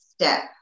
step